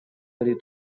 aller